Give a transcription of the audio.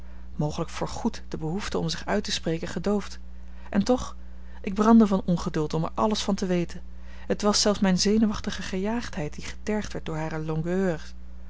mogelijk voor goed de behoefte om zich uit te spreken gedoofd en toch ik brandde van ongeduld om er alles van te weten het was zelfs mijne zenuwachtige gejaagdheid die getergd werd door hare